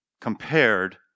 compared